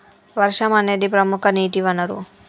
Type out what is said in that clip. వర్షం అనేదిప్రముఖ నీటి వనరు